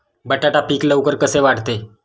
बटाटा पीक लवकर कसे वाढते?